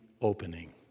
opening